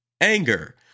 Anger